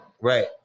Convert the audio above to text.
Right